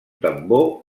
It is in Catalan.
tambor